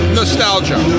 nostalgia